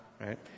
right